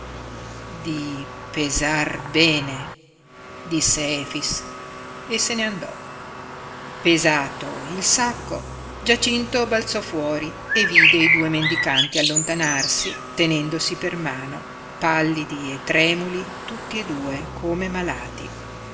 di pesar bene disse efix e se ne andò pesato il sacco giacinto balzò fuori e vide i due mendicanti allontanarsi tenendosi per mano pallidi e tremuli tutti e due come malati